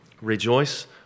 rejoice